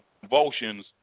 convulsions